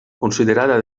considerada